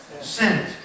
Sent